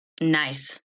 Nice